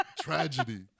Tragedy